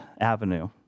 Avenue